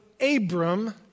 Abram